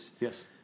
yes